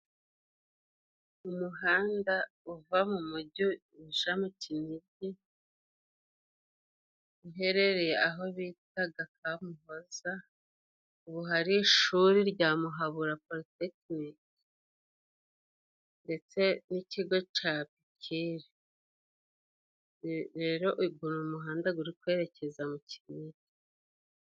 Umuhanda uva mu mugi uja mu Kinigi uherereye aho bitaga Kamuhoza. Ubu hari ishuri rya Muhabura poritekinike, ndetse n'ikigo ca Pikire. Rero Ugo ni umuhanda guri kwerekeza mu Kinigi.